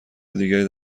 دیگری